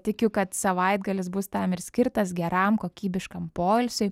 tikiu kad savaitgalis bus tam ir skirtas geram kokybiškam poilsiui